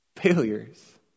failures